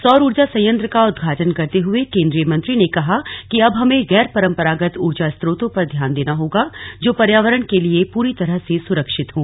सौर ऊर्जा संयंत्र का उद्घाटन करते हुए केंद्रीय मंत्री ने कहा कि अब हमें गैर परंपरागत ऊर्जा स्रोतों पर ध्यान देना होगा जो पर्यावरण के लिए पूरी तरह से स्रक्षित हों